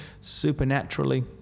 supernaturally